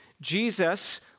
Jesus